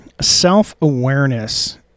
Self-awareness